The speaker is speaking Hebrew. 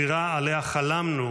הבירה שעליה חלמנו,